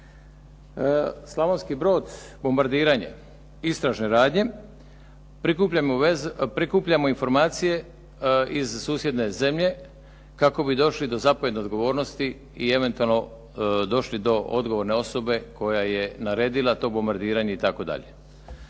Slavonski Brod bombardiranje, istražne radnje, prikupljamo informacije iz susjedne zemlje kako bi došli do zapovjedne odgovornosti i eventualno došli do odgovorne osobe koja je naredila to bombardiranje itd.